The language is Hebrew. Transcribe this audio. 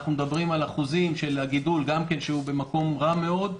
אנחנו מדברים על אחוזי גידול במקום רע מאוד.